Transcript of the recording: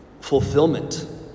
fulfillment